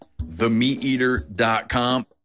TheMeatEater.com